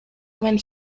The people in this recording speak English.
when